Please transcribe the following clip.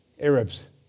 Arabs